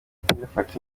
ntugafate